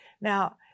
Now